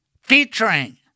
featuring